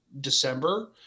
December